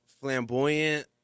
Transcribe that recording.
flamboyant